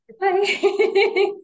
Bye